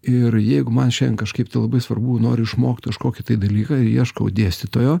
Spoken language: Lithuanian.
ir jeigu man šiandien kažkaip tai labai svarbu noriu išmokt kažkokį dalyką ir ieškau dėstytojo